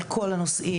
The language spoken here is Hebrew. על כל הנושאים,